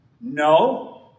no